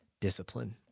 discipline